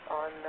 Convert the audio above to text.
on